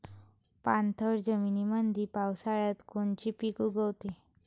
पाणथळ जमीनीमंदी पावसाळ्यात कोनचे पिक उगवते?